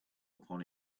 upon